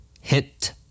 hit